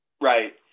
Right